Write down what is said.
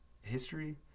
history